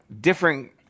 different